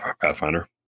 pathfinder